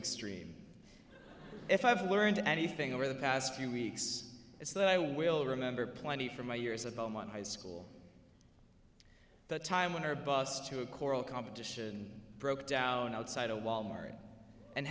extreme if i've learned anything over the past few weeks it's that i will remember plenty from my years about my high school the time when our bus to a coral competition broke down outside a wal mart and